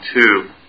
two